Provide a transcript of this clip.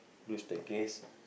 to staircase